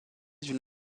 d’une